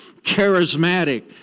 charismatic